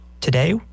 Today